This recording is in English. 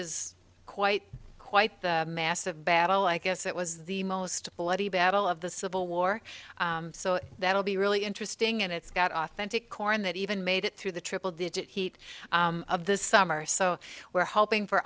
is quite quite the massive battle i guess it was the most bloody battle of the civil war so that'll be really interesting and it's got authentic corn that even made it through the triple digit heat of the summer so we're hoping for